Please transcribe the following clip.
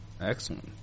excellent